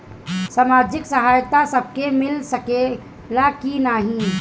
सामाजिक सहायता सबके मिल सकेला की नाहीं?